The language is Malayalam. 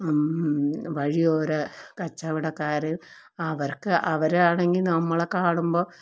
വഴിയോര കച്ചവടക്കാർ അവർക്ക് അവരാണെങ്കിൽ നമ്മളെ കാണുമ്പോൾ